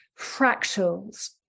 fractals